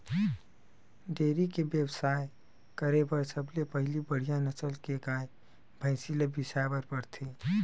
dairy के बेवसाय करे बर सबले पहिली बड़िहा नसल के गाय, भइसी ल बिसाए बर परथे